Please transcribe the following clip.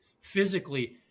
physically